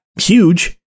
huge